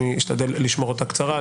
אני אשתדל לשמור אותה קצרה.